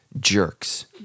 jerks